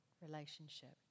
relationship